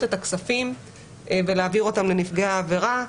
את הכספים ולהעביר אותם לנפגעי עבירה.